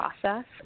process